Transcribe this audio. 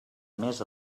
més